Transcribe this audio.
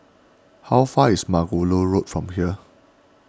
how far is Margoliouth Road from here